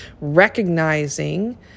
recognizing